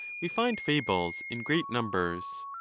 we find fables in great numbers.